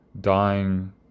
dying